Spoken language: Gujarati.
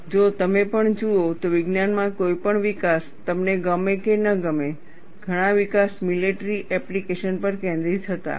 અને જો તમે પણ જુઓ તો વિજ્ઞાનમાં કોઈપણ વિકાસ તમને ગમે કે ન ગમે ઘણા વિકાસ મિલેટરી એપ્લિકેશન પર કેન્દ્રિત હતા